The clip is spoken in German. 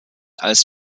als